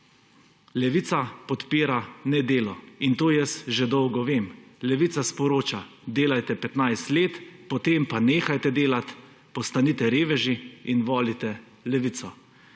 Levica podpira nedelo in to jaz že dolgo vem. Levica sporoča – delajte 15 let, potem pa nehajte delati, postanite reveži in volite Levico.